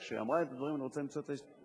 כשהיא אמרה את הדברים: אני רוצה למצוא את הדרכים,